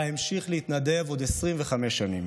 ובה המשיך להתנדב עוד 25 שנים.